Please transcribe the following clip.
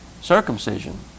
circumcision